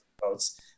votes